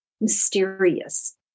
mysterious